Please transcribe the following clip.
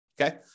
Okay